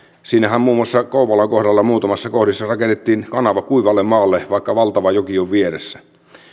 siinähän muun muassa kouvolan kohdalla muutamassa kohdassa rakennettiin kanava kuivalle maalle vaikka valtava joki on vieressä